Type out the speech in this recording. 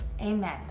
amen